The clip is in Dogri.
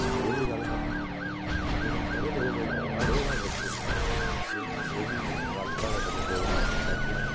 डोगरी च गल्ल करनी लेकिन पढ़े लिखे दे साढ़े गै बच्चे जेह्ड़े ओह् बी गल्ल साढ़े कन्नै डोगरी च नेईं करदे हैन